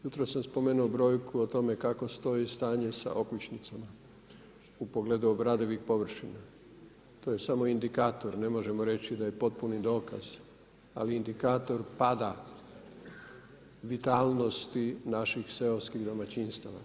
Ujutro sam spomenuo brojku o tome kako stoji stanje sa okućnicama u pogledu obradivih površina, to je samo indikator, ne možemo reći da je potpuni dokaz, ali indikator pada vitalnosti naših seoskih domaćinstava.